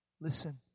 listen